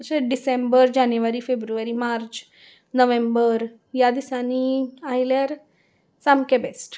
जशें डिसेंबर जानेवारी फेब्रुवारी मार्च नोव्हेंबर ह्या दिसांनी आयल्यार सामकें बेस्ट